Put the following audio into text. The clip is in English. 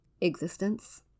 existence